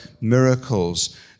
miracles